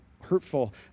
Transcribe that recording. hurtful